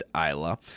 Isla